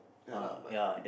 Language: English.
ya lah but